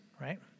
right